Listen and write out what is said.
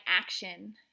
action